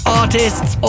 artists